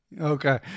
Okay